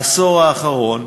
בעשור האחרון,